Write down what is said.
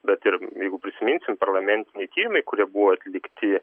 bet ir jeigu prisiminsim parlamentiniai tyrimai kurie buvo atlikti